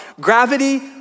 Gravity